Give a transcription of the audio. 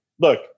look